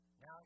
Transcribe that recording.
now